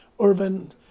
urban